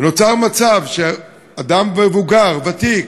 ונוצר מצב שאדם מבוגר, ותיק,